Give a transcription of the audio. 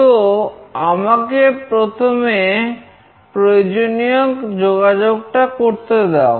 তো আমাকে প্রথমে প্রয়োজনীয় যোগাযোগটা করতে দাও